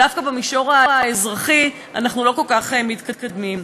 דווקא במישור האזרחי אנחנו לא כל כך מתקדמים.